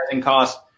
cost